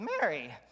Mary